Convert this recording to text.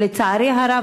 לצערי הרב,